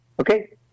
Okay